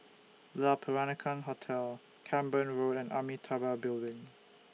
Le Peranakan Hotel Camborne Road and Amitabha Building